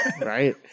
Right